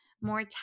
more